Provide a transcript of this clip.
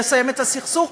לסיים את הסכסוך.